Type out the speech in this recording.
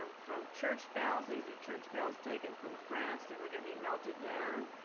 um from church bells, these are church bells taken from france that were gonna be melted down,